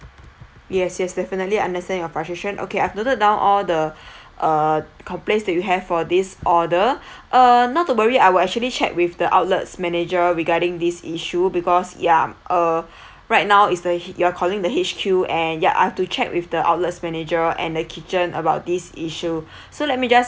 yes yes definitely understand your frustration okay I have noted down all the uh complains that you have for this order uh not to worry I will actually check with the outlets manager regarding this issue because yup uh right now is the you are calling the H_Q and yeah I have to check with the outlets manager and the kitchen about this issue so let me just